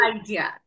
Idea